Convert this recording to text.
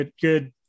good